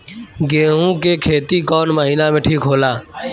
गेहूं के खेती कौन महीना में ठीक होला?